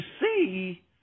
see